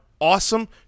awesome